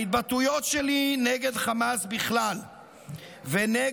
ההתבטאויות שלי נגד חמאס בכלל ונגד